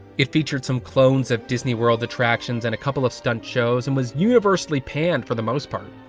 it featured some clones of disney world attractions, and a couple of stunt shows, and was universally panned for the most part.